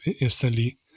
instantly